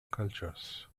cultures